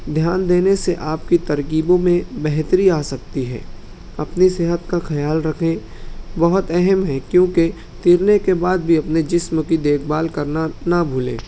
دھیان دینے سے آپ کی ترغیبوں میں بہتری آ سکتی ہے اپنے صحت کا خیال رکھیں بہت اہم ہے کیونکہ تیرنے کے بعد بھی اپنے جسم کی دیکھ بھال کرنا نہ بھولیں